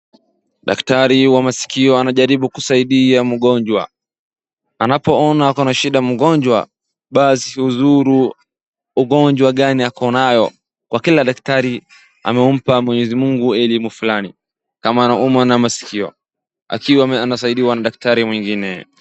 Daktari wa masikio anajaribu kusaidia mgonjwa. Anapoona pana shida mgonjwa basi huzuru ugonjwa gani akonayo. Kwa kila daktari amempa mwenyezi Mungu elimu fulani. Kama anaumwa na masikio akiwa anasaidiwa na daktari mwingine.